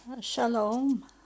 Shalom